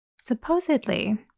Supposedly